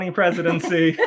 presidency